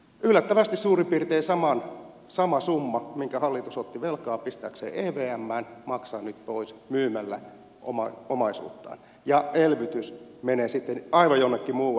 yllättävästi suurin piirtein saman summan minkä hallitus otti velkaa pistääkseen evmään se maksaa nyt pois myymällä omaisuuttaan ja elvytys menee sitten aivan jonnekin muualle kuin suomeen